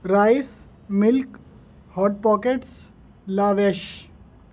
rice milk hot pockets lavish